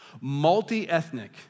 multi-ethnic